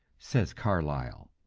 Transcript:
says carlyle.